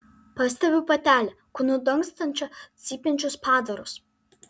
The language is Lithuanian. pastebiu patelę kūnu dangstančią cypiančius padarus